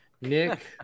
Nick